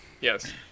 Yes